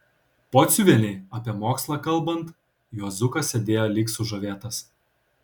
pociuvienei apie mokslą kalbant juozukas sėdėjo lyg sužavėtas